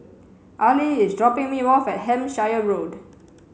Ali is dropping me off at Hampshire Road